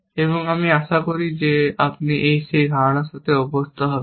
এবং আমি আশা করি আপনি সেই ধারণার সাথে অভ্যস্ত হবেন